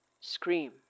scream